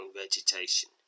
vegetation